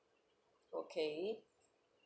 okay